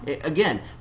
again